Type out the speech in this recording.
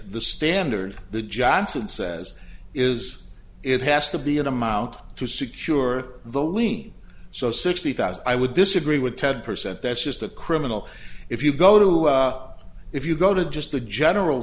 the standard the johnson says is it has to be an amount to secure the lien so sixty thousand i would disagree with ten percent that's just a criminal if you go to if you go to just the general